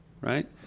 Right